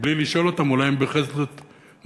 מבלי לשאול אותם, אולי הם בהחלט מעוניינים.